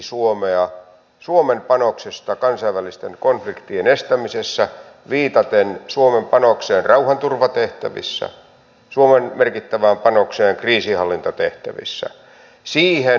samaan aikaan hallitus myös vähentää rajusti ammatillisen koulutuksen rahoitusta mikä tulee näkymään suoraan aloituspaikkojen vähenemisenä